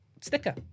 Sticker